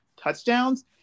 touchdowns